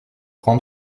cent